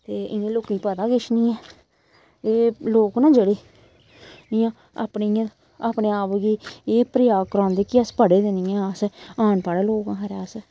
ते इ'नें लोकें गी पता किश निं ऐ एह् लोक न जेह्ड़े इ'यां अपने इ'यां अपने आप गी एह् परेआ करांदे कि अस पढ़े दे निं हां अस अनपढ़ लोग आं खबरै अस